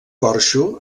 porxo